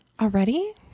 already